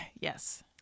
Yes